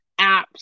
apps